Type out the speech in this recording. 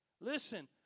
Listen